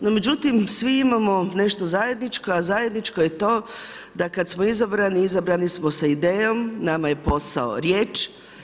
No međutim, svi imamo nešto zajedničko, a zajedničko je to da kad smo izabrani, izabrani smo sa idejom, nama je posao riječ.